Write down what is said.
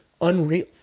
Unreal